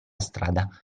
strada